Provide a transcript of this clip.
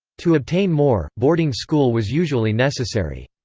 to obtain more, boarding school was usually necessary.